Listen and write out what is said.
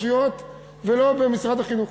הרשויות ולא במשרד החינוך?